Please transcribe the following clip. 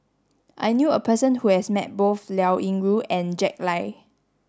I knew a person who has met both Liao Yingru and Jack Lai